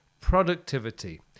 Productivity